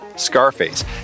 Scarface